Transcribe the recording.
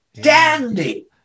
Dandy